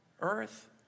earth